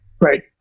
Right